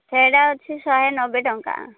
ସେଇଟା ଅଛି ଶହେ ନବେ ଟଙ୍କା